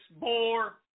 more